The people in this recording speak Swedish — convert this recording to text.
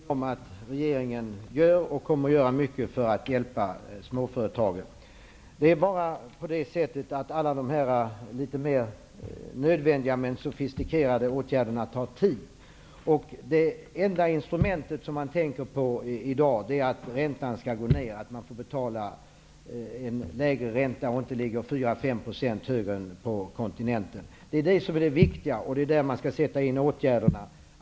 Herr talman! Jag är medveten om att regeringen gör och kommer att göra mycket för att hjälpa småföretagen. Det är bara det att alla de här mer nödvändiga men sofistikerade åtgärderna tar tid. Det enda instrumentet som man tänker på i dag är en räntenedgång, så att vi inte får betala 4 eller 5 % högre ränta än de har på kontinenten. Det är det som är det viktiga, och det är där som man skall sätta in åtgärderna.